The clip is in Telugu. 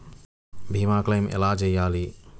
భీమ క్లెయిం ఎలా చేయాలి?